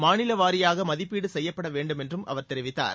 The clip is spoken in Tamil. மாநில வாரியாக மதிப்பீடு செய்யப்பட வேண்டும் என்றும் அவர் தெரிவித்தார்